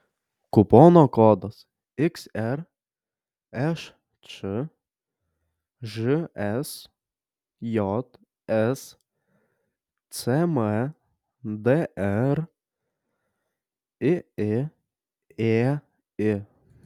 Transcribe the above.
kupono kodas xršč žsjs cmdr iiėi